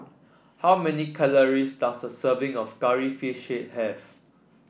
how many calories does a serving of Curry Fish Head have